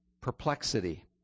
perplexity